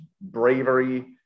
bravery